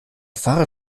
fahrer